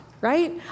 right